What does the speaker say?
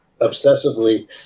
obsessively